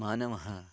मानवः